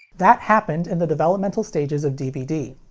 that happened in the developmental stages of dvd.